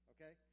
Okay